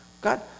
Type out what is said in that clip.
God